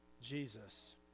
Jesus